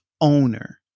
owner